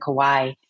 Kauai